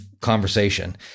conversation